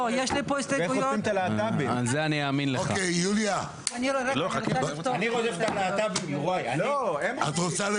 איך הם אמורים או עלולים לפעול או צריכים